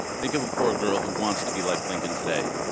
think of a poor girl who wants to be like lincoln today.